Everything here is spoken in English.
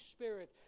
Spirit